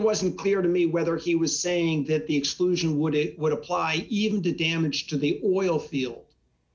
wasn't clear to me whether he was saying that the exclusion would it would apply even to damage to the oil field